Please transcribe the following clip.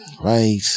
right